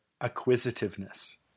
acquisitiveness